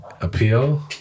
Appeal